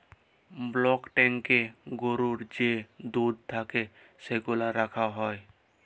block ট্যাংকয়ে গরুর যে দুহুদ থ্যাকে সেগলা রাখা হ্যয়